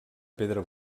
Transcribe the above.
pedra